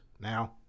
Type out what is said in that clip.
Now